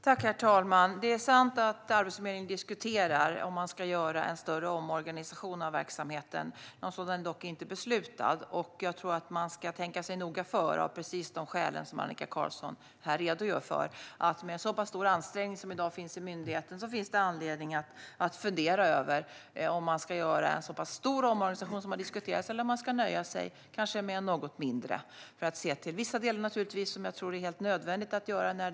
Herr talman! Det är sant att Arbetsförmedlingen diskuterar huruvida man ska göra en större omorganisation av verksamheten. Någon sådan är dock inte beslutad. Jag tror att man ska tänka sig noga för av precis de skäl som Annika Qarlsson här redogör för. Med en så pass stor ansträngning som i dag finns i myndigheten finns det anledning att fundera över om man ska göra en så pass stor omorganisation som har diskuterats eller om man kanske ska nöja sig med en något mindre. Det finns vissa delar som jag tror att det är helt nödvändigt att göra någonting åt.